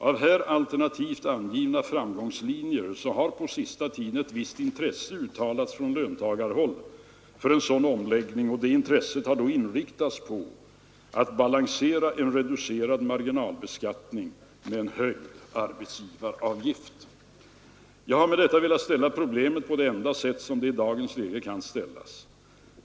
Av här alternativt angivna framgångslinjer har på sista tiden ett visst intresse uttalats från löntagarhåll för en sådan omläggning. Detta intresse har då inriktats på att balansera en reducerad marginalbeskattning med en höjd arbetsgivaravgift. Jag har med detta velat ställa problemet på det enda sätt som det i dagens läge kan ställas.